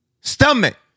Stomach